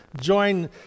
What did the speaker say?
join